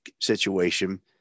situation